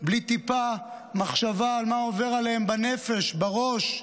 בלי טיפת מחשבה על מה עובר עליהן בנפש, בראש.